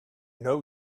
know